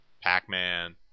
Pac-Man